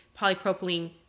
polypropylene